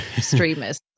streamers